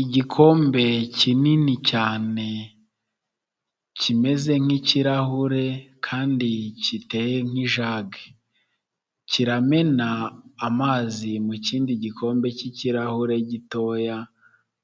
Igikombe kinini cyane kimeze nk'kirahure kandi giteye nk'ijage kiramena amazi mu kindi gikombe cy'ikirahure gitoya